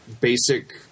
basic